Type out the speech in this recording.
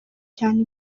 cyane